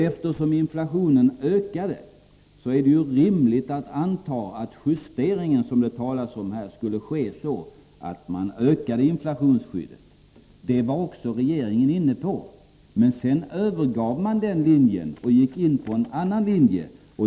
Eftersom inflationen ökade är det rimligt att anta att justeringen som det talas om skulle ske på ett sådant sätt att man ökade inflationsskyddet. Regeringen var inne på detta, men sedan övergav man den linjen och gick in på en annan linje.